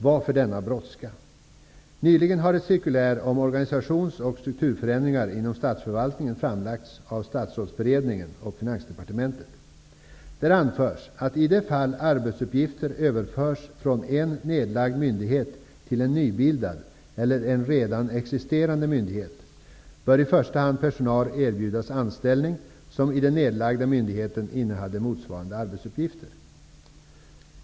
Varför denna brådska? Nyligen har ett cirkulär om organisations och strukturförändringar inom statsförvaltningen framlagts av Statsrådsberedningen och Finansdepartementet, i vilket anförts att i det fall arbetsuppgifter överförs från en nedlagd myndighet till en nybildad eller en redan existerande myndighet, bör i första hand personal erbjudas anställning, som i den nedlagda myndigheten innehade motsvarande arbetsuppgifter.